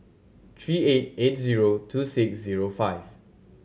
three eight eight zero two six zero five